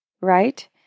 right